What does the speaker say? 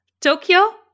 Tokyo